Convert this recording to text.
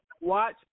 watch